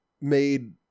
made